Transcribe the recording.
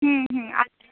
হুম হুম আচ্ছা